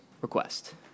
request